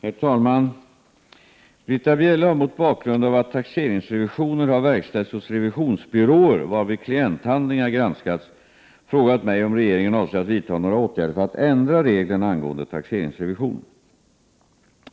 Herr talman! Britta Bjelle har mot bakgrund av att taxeringsrevisioner har verkställts hos revisionsbyråer, varvid klienthandlingar har granskats, frågat mig om regeringen avser att vidta några åtgärder för att ändra reglerna angående taxeringsrevision.